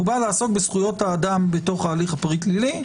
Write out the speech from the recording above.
הוא בא לעסוק בזכויות האדם בתוך ההליך הפלילי,